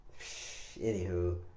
Anywho